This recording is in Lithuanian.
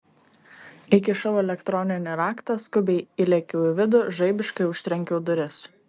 įkišau elektroninį raktą skubiai įlėkiau į vidų žaibiškai užtrenkiau duris